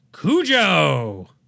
Cujo